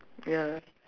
ya